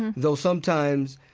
though sometimes,